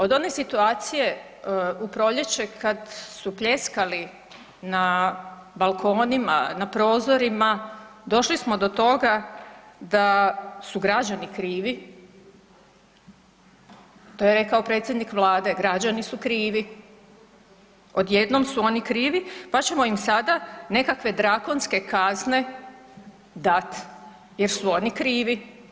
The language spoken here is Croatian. Od one situacije u proljeće kad su pljeskali na balkonima, na prozorima došli smo do toga da su građani krivi, to je rekao predsjednik Vlade, građani su krivi, odjednom su oni krivi pa ćemo im sada nekakve drakonske kazne dati jer su oni krivi.